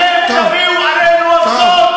אתם תביאו עלינו אסון.